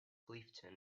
clifton